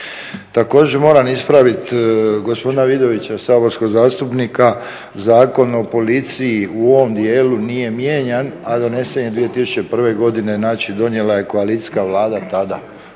Također, moram ispraviti gospodina Vidovića saborskog zastupnika, Zakon o policiji u ovom dijelu nije mijenjan, a donesen je 2001. godine, znači donijela je koalicijska Vlada tada.